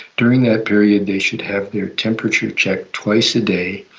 during that period they should have their temperature checked twice a day.